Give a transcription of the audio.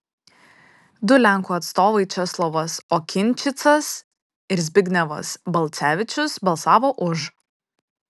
du lenkų atstovai česlovas okinčicas ir zbignevas balcevičius balsavo už